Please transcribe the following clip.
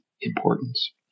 importance